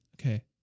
okay